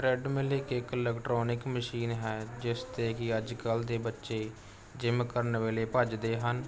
treadmill ਇੱਕ electronic machine ਹੈ ਜਿਸ 'ਤੇ ਕਿ ਅੱਜ ਕੱਲ੍ਹ ਦੇ ਬੱਚੇ ਜਿੰਮ ਕਰਨ ਵੇਲੇ ਭੱਜਦੇ ਹਨ